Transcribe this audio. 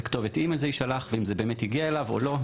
כתובת אי-מייל זה יישלח ואם זה באמת הגיע אליו או לא.